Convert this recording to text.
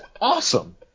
awesome